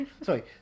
Sorry